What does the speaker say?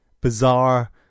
bizarre